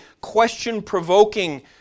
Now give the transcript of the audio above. question-provoking